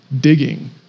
digging